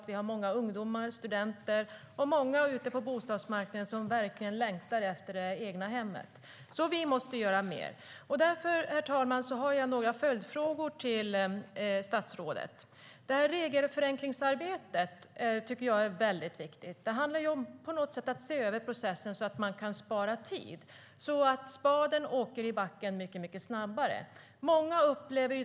Vi har många ungdomar, studenter och andra på bostadsmarknaden som längtar efter ett eget hem, och vi måste därför göra mer. Därför, herr talman, har jag några följdfrågor till statsrådet. Regelförenklingsarbetet är viktigt. Det handlar om att se över processen så att man kan spara tid och så att spaden kan åka i backen mycket snabbare.